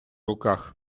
руках